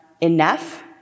enough